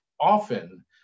often